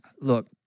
look